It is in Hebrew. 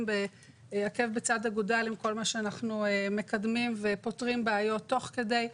עקב בצד אגודל עם כל מה שאנחנו מקדמים ופותרים בעיות תוך כדי,